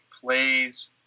plays